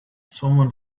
someone